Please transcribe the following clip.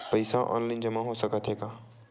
पईसा ऑनलाइन जमा हो साकत हे का?